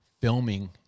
filming